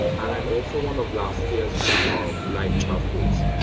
and i'm also one of last year's live chat hosts.